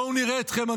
בואו נראה אתכם,